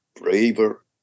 braver